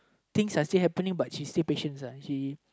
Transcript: things are still happening but she still patience uh she